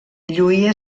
lluïa